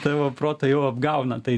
tavo protą jau apgauna tai